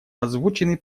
озвученный